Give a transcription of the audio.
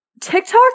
TikTok